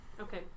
Okay